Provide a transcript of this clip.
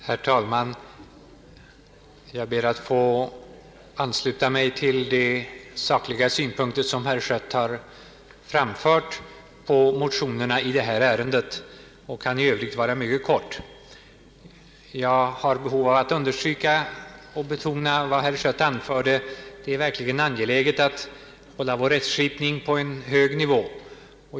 Herr talman! Jag ber att få ansluta mig till de sakliga synpunkter herr Schött framfört på motionerna i detta ärende och kan i övrigt fatta mig mycket kort. Jag har behov av att understryka och betona vad herr Schött anförde. Det är verkligen angeläget att hålla vår rättskipning på en hög nivå.